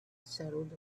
settled